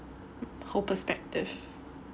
whole perspective